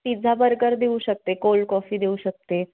pizza burger देऊ शकते cold coffee देऊ शकते